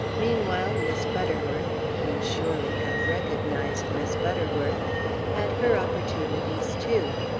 meanwhile miss butterworth you surely have recognized miss butterworth had her opportunities too.